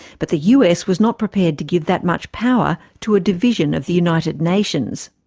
but the us was not prepared to give that much power to a division of the united nations.